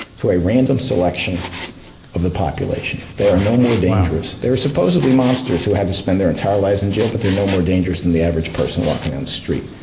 to a random selection of the population. they are no more dangerous. they're supposedly monsters who had to spend their entire lives in jail, but they're no more dangerous than the average person walking down the street.